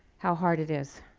how hard it is.